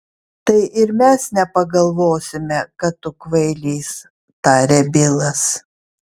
tai ir mes nepagalvosime kad tu kvailys tarė bilas